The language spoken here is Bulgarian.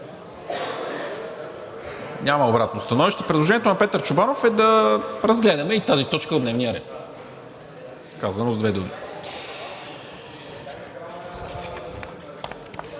ли обратно становище? Няма. Предложението на Петър Чобанов е да разгледаме и тази точка от дневния ред, казано с две думи.